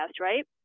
right